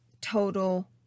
total